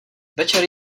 večer